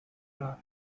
hour